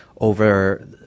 over